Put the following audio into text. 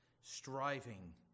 Striving